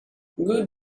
good